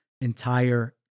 entire